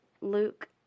Luke